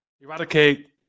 eradicate